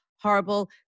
horrible